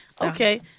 Okay